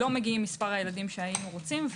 לא מגיעים מספר הילדים שהיינו רוצים,